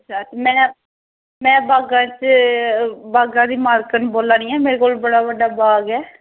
में बागै दा मालकिन बोल्ला नी आं मेरा बड़ा बड्डा बाग ऐ